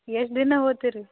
ಎಷ್ಟು ದಿನ ಓದ್ತೀರಿ ರೀ